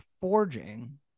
forging